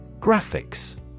Graphics